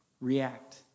react